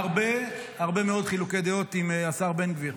הרבה מאוד חילוקי דעות עם השר בן גביר,